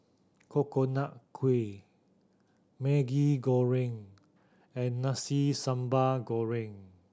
Coconut Kuih Maggi Goreng and Nasi Sambal Goreng